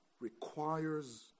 requires